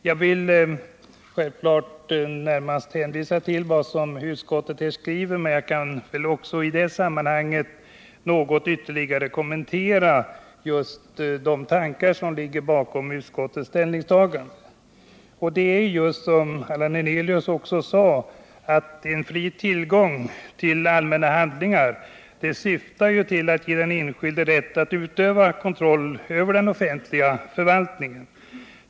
Jag vill hänvisa till vad utskottet skriver, men jag kan också i detta sammanhang något ytterligare kommentera de tankar som ligger bakom utskottets ställningstagande. Det är just så, som Allan Hernelius också sade, att principen om en fri tillgång till allmänna handlingar syftar till att ge den enskilde rätt att utöva kontroll över den offentliga förvaltningen.